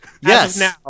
Yes